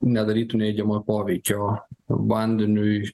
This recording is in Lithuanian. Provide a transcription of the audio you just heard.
nedarytų neigiamojo poveikio vandeniui